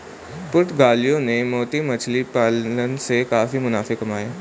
पुर्तगालियों ने मोती मछली पालन से काफी मुनाफे कमाए